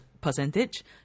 percentage